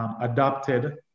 adopted